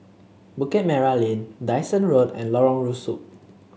Bukit Merah Lane Dyson Road and Lorong Rusuk